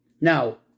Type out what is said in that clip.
Now